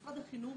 משרד החינוך